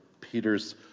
Peter's